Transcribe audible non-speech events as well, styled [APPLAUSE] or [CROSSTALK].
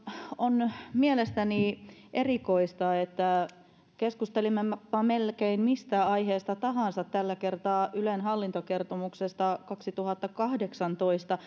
on mielestäni erikoista että keskustelimmepa melkein mistä aiheesta tahansa tällä kertaa ylen hallintokertomuksesta kaksituhattakahdeksantoista [UNINTELLIGIBLE]